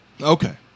Okay